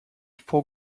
four